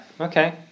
okay